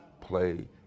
play